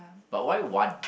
but why one